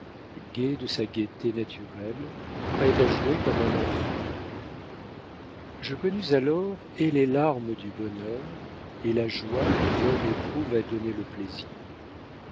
de sa gaieté naturelle prête à jouer comme un enfant je connus alors et les larmes du bonheur et la joie que l'homme éprouve à donner le plaisir